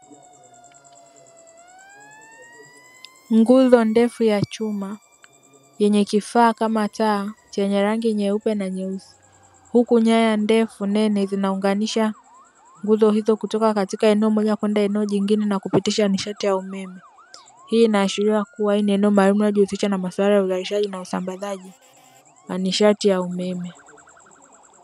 Nguzo ndefu ya chuma yenye kifaa kama taa chenye rangi nyeupe na nyeusi, huku nyaya ndefu nene zinaunganisha nguzo hizo kutoka katika eneo moja kwenda eneo jingine na kupitisha nishati ya umeme, hii inaashiria kuwa hili ni eneo maalumu linalojihusisha na masuala ya usambazaji wa nishati ya umeme.